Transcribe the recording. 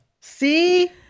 See